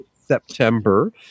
September